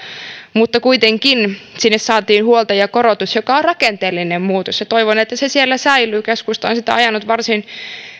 mutta kuitenkin sinne saatiin huoltajakorotus joka on rakenteellinen muutos ja toivon että se siellä säilyy keskusta on sitä ajanut varsin